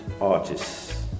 artists